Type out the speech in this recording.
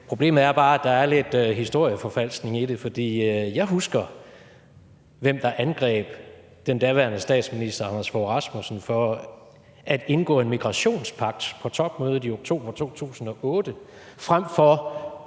Problemet er bare, at der er lidt historieforfalskning i det. For jeg husker, hvem der angreb den daværende statsminister, Anders Fogh Rasmussen, for at indgå en migrationspagt, på topmødet i oktober 2008, frem for